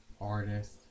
artist